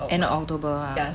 end of october ah